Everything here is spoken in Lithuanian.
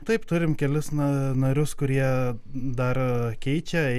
taip turim kelis na narius kurie dar keičia